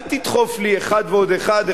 אל תדחוף לי אחד ועוד אחד,